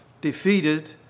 defeated